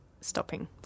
stopping